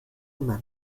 immer